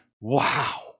wow